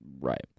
Right